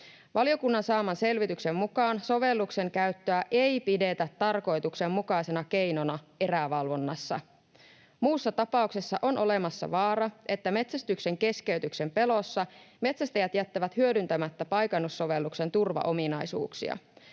Valiokunnan saaman selvityksen mukaan sovelluksen käyttöä ei pidetä tarkoituksenmukaisena keinona erävalvonnassa. Muussa tapauksessa on olemassa vaara, että metsästyksen keskeytyksen pelossa metsästäjät jättävät hyödyntämättä paikannussovelluksen turvaominaisuuksia.